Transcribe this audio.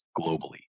globally